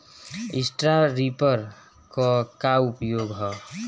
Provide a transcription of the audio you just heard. Straw reaper क का उपयोग ह?